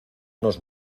nos